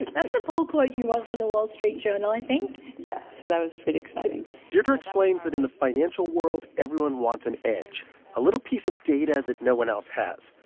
that's the pull quote you want from the wall street journal, i think yeah. so that was pretty exciting deirdre explains that in the financial world, everyone wants an edge a little piece of data that no one else has.